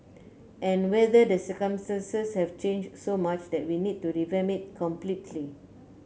and whether the circumstances have changed so much that we need to revamp it completely